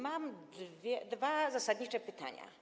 Mam dwa zasadnicze pytania.